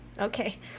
Okay